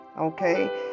Okay